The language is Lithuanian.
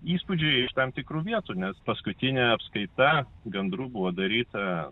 įspūdžiai iš tam tikrų vietų nes paskutinė apskaita gandrų buvo daryta